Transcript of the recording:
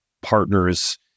partners